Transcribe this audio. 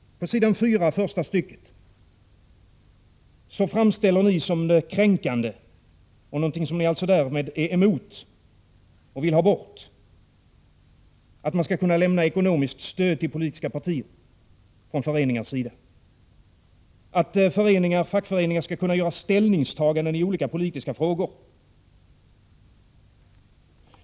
I första stycket på den sidan framställer ni som kränkande och någonting som ni alltså därmed är emot och vill ha bort, att fackföreningar lämnar ekonomiskt stöd till politiska partier och att fackföreningar gör ställningstaganden i olika politiska frågor.